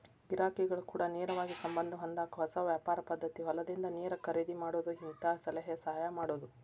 ಗಿರಾಕಿಗಳ ಕೂಡ ನೇರವಾಗಿ ಸಂಬಂದ ಹೊಂದಾಕ ಹೊಸ ವ್ಯಾಪಾರ ಪದ್ದತಿ ಹೊಲದಿಂದ ನೇರ ಖರೇದಿ ಮಾಡುದು ಹಿಂತಾ ಸಲಹೆ ಸಹಾಯ ಮಾಡುದು